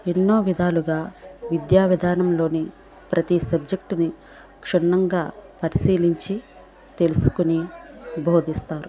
ఎన్నో విధాలుగా విద్యా విధానంలో ప్రతి సబ్జెక్ట్ని క్షుణ్ణంగా పరిశీలించి తెలుసుకొని బోధిస్తారు